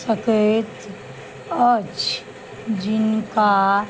सकैत अछि जिनका